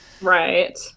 Right